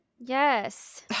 Yes